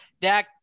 Dak